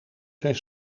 zijn